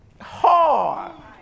hard